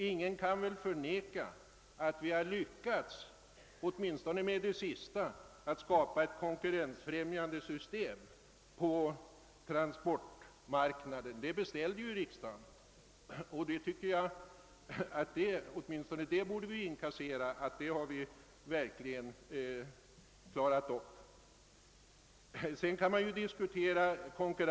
Ingen kan väl förneka att vi har lyckats, åtminstone med att skapa ett sådant konkurrensfrämjande system på transportmarknaden som riksdagen förutsatte. Jag tycker att riksdagen åtminstone borde räkna sig detta till godo, då man diskuterar effekten av 1963 års beslut.